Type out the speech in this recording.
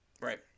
right